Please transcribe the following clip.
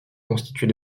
constituée